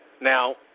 Now